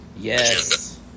yes